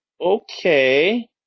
okay